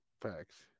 Facts